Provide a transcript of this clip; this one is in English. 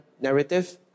narrative